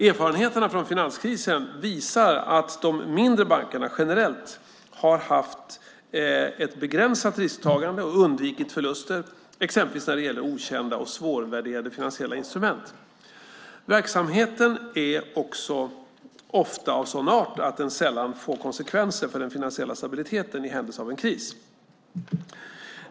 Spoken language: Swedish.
Erfarenheterna från finanskrisen visar att de mindre bankerna generellt har haft ett begränsat risktagande och undvikit förluster, exempelvis när det gäller okända och svårvärderade finansiella instrument. Verksamheten är också ofta av sådan art att den sällan får konsekvenser för den finansiella stabiliteten i händelse av en kris.